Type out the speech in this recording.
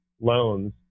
loans